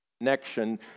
connection